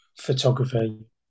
photography